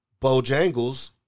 Bojangles